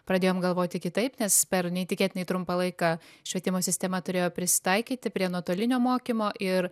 pradėjom galvoti kitaip nes per neįtikėtinai trumpą laiką švietimo sistema turėjo prisitaikyti prie nuotolinio mokymo ir